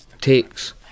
takes